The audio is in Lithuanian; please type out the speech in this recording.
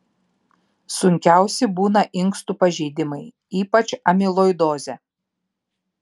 sunkiausi būna inkstų pažeidimai ypač amiloidozė